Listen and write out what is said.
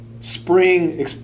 spring